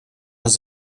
taż